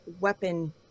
weapon